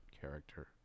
character